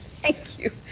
thank you.